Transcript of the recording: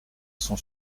son